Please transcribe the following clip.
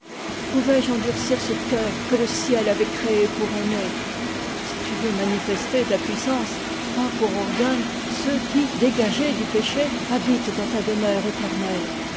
pouvais-je endurcir ce cœur que le ciel avait créé pour aimer si tu veux manifester ta puissance prends pour organes ceux qui dégagés du péché habitent dans ta demeure éternelle